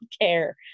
care